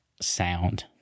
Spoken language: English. sound